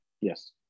Yes